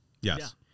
Yes